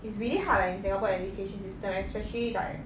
it's really hard leh in singapore education system especially like